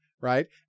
right